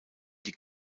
die